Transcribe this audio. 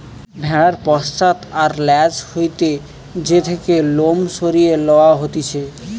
ভেড়ার পশ্চাৎ আর ল্যাজ হইতে যে থেকে লোম সরিয়ে লওয়া হতিছে